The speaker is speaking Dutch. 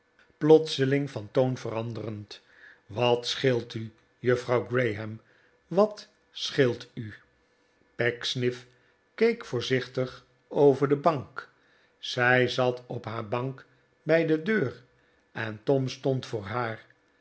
plotseling van toon veranderend wat scheelt u juffrouw graham wat scheelt u dickens pecksniff keek voorzichtig over de bank zij zat op een bank bij de deur en tom stond voor haar